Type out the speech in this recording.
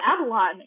Avalon